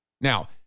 Now